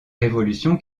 révolution